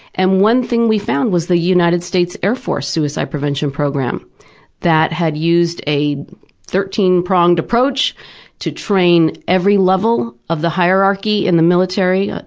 and one thing we found was the united states air force suicide prevention program that had used a thirteen-pronged approach to train every level of the hierarchy in the military,